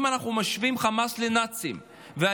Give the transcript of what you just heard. אם אנחנו משווים את חמאס לנאצים ואת